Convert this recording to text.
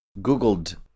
googled